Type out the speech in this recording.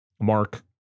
Mark